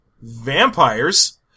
Vampires